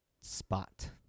spot